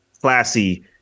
classy